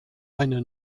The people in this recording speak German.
eine